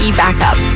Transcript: backup